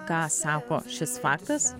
ką sako šis faktas